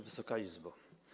Wysoka Izbo!